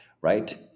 Right